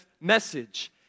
message